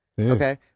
okay